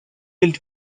built